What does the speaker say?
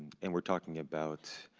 and we're talking about